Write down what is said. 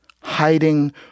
hiding